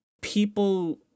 people